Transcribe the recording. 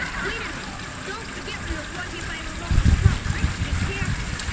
wait a minute. don't forget we were brought here by remote control. let's be careful.